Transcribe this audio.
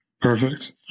Perfect